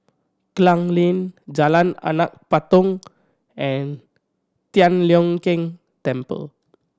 Klang Lane Jalan Anak Patong and Tian Leong Keng Temple